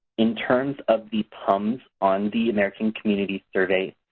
in terms of the pums on the american community survey,